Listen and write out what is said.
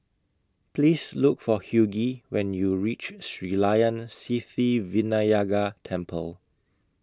Please Look For Hughey when YOU REACH Sri Layan Sithi Vinayagar Temple